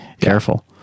careful